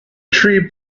tree